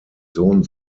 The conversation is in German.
sohn